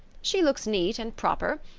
she looks neat and proper.